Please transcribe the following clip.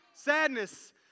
Sadness